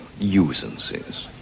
usances